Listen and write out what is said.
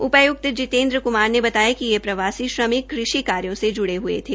उपायुक्त जितेन्द्र कुमार ने बताया कि ये प्रवासी श्रमिक कृषि कार्यों से जुड़े हुए थे